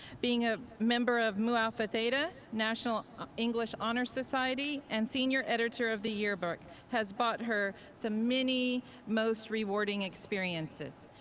being a member of mu alpha theta, national ah english honor society, and senior editor of the yearbook has bought her so many most rewarding experiences.